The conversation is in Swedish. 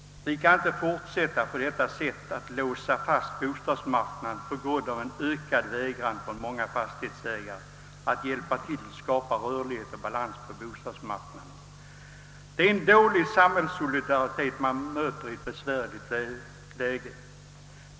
Vi kan inte fortsätta att på detta sätt låsa fast bostadsmarknaden på grund av ökat motstånd från många fastighetsägare mot att hjälpa till att skapa rörlighet och balans på bostadsmarknaden. Detta är en dålig samhällssolidaritet i ett besvärligt läge.